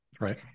right